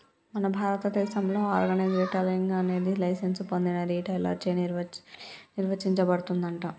మన భారతదేసంలో organise retailing అనేది లైసెన్స్ పొందిన రిటైలర్ చే నిర్వచించబడుతుందంట